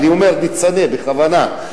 אני אומר "ניצני" בכוונה,